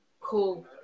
Cool